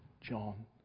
John